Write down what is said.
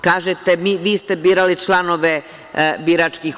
Kažete, vi ste birali članove RIK.